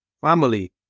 family